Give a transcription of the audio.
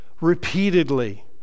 repeatedly